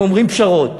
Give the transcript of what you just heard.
הם אומרים: פשרות.